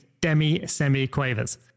demi-semi-quavers